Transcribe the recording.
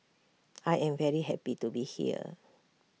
I am very happy to be here